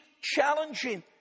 challenging